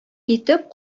китеп